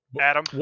adam